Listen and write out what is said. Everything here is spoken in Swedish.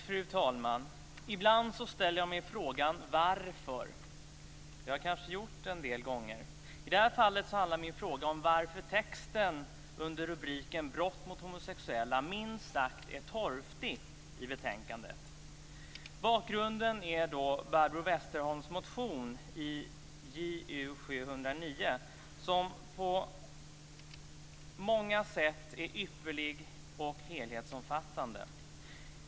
Fru talman! Ibland ställer jag mig frågan: Varför? Det har jag kanske gjort en del gånger. I det här fallet handlar min fråga om varför texten under rubriken Brott mot homosexuella minst sagt är torftig i betänkandet. Bakgrunden är Barbro Westerholms motion i Ju709 som på många sätt är ypperlig och heltäckande.